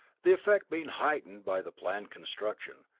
the effect being heightened by the planned construction,